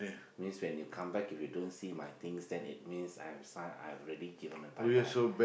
means when you come back if you don't see my things then it means I have sign I have already given the bye bye